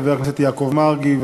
חבר הכנסת יעקב מרגי,